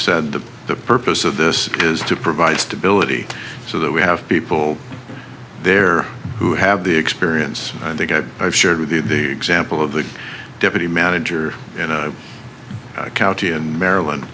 said the the purpose of this is to provide stability so that we have people there who have the experience they get shared with the example of the deputy manager in a county in maryland